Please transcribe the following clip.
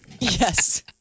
Yes